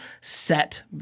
set